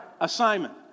assignment